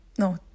No